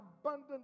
abundant